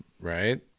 right